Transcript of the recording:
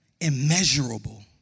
Immeasurable